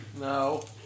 No